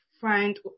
find